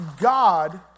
God